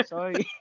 Sorry